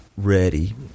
ready